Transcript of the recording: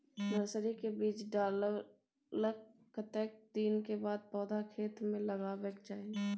Nursery मे बीज डाललाक कतेक दिन के बाद पौधा खेत मे लगाबैक चाही?